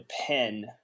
pen